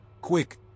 quick